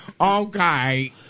Okay